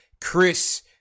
Chris